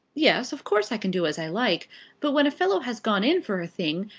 yes of course i can do as i like but when a fellow has gone in for a thing,